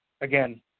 Again